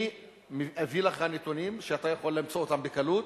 אני אביא לך נתונים שאתה יכול למצוא בקלות,